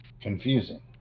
Confusing